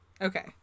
Okay